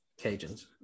Cajuns